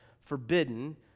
forbidden